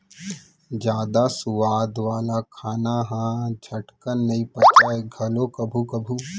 जादा सुवाद वाला खाना ह झटकन नइ पचय घलौ कभू कभू